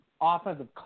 offensive